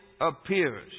appears